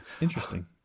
Interesting